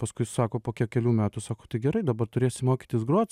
paskui sako po ke kelių metų sako tai gerai dabar turėsi mokytis grot